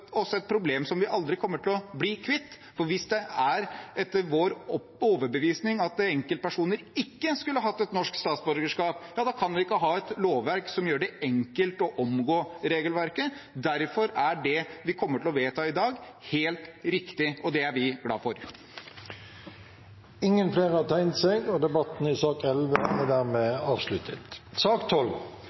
et problem som vi aldri kommer til å bli kvitt, for hvis det er sånn, etter vår overbevisning, at enkeltpersoner ikke skulle ha et norsk statsborgerskap, kan vi ikke ha et lovverk som gjør det enkelt å omgå regelverket. Derfor er det vi kommer til å vedta i dag, helt riktig, og det er vi glad for. Flere har ikke bedt om ordet til sak